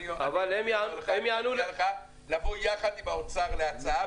אני מציע לבוא יחד עם האוצר להצעה,